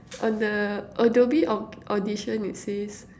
on the Adobe au~ audition it says